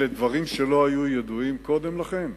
אלה דברים שלא היו ידועים קודם לכן?